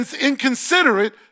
inconsiderate